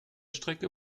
strecke